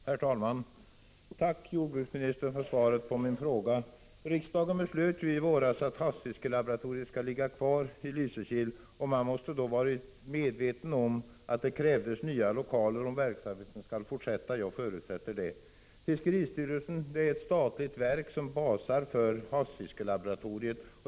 Herr talman! Tack, jordbruksministern, för svaret på min fråga. Riksdagen beslöt i våras att havsfiskelaboratoriet skall ligga kvar i Lysekil. Man måste då ha varit medveten om att det krävs nya lokaler om verksamheten fortsätter, och jag förutsätter detta. Fiskeristyrelsen är ett statligt verk som basar för havsfiskelaboratoriet.